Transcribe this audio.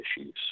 issues